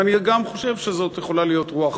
ואני גם חושב שזו יכולה להיות רוח